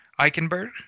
Eichenberg